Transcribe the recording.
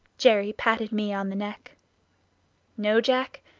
jerry patted me on the neck no, jack,